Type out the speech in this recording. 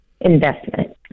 investment